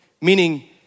meaning